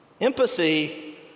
Empathy